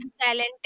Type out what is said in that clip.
talented